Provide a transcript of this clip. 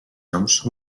noms